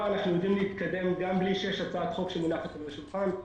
יודעים להתקדם גם בלי שיש הצעת חוק שמונחת על השולחן.